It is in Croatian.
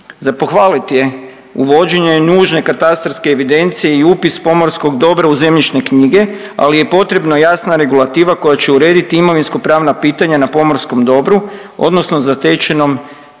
Za pohvaliti je uvođenje nužne katastarske evidencije i upis pomorskog dobra u zemljišne knjige, ali je potrebna jasna regulativa koja će urediti imovinskopravna pitanja na pomorskom dobru odnosno zatečenom